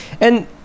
And-